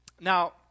Now